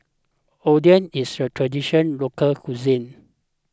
Oden is a Traditional Local Cuisine